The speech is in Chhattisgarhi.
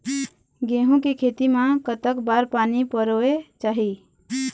गेहूं के खेती मा कतक बार पानी परोए चाही?